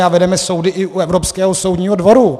A vedeme soudy i u Evropského soudního dvoru.